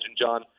John